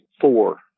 four